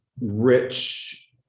rich